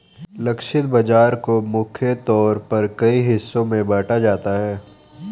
लक्षित बाजार को मुख्य तौर पर कई हिस्सों में बांटा जाता है